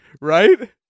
Right